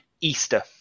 Easter